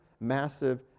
massive